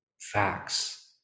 facts